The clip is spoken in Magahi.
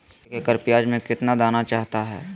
एक एकड़ प्याज में कितना दाना चाहता है?